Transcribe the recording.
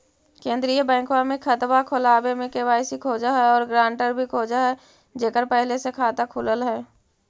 केंद्रीय बैंकवा मे खतवा खोलावे मे के.वाई.सी खोज है और ग्रांटर भी खोज है जेकर पहले से खाता खुलल है?